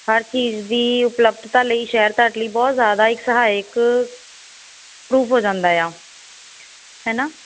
ਹਰ ਚੀਜ਼ ਦੀ ਉਪਲਬਧਤਾ ਲਈ ਸ਼ਹਿਰ ਤੁਹਾਡੇ ਲਈ ਬਹੁਤ ਜ਼ਿਆਦਾ ਇੱਕ ਸਹਾਇਕ ਪਰੂਫ ਹੋ ਜਾਂਦਾ ਆ ਹੈ ਨਾ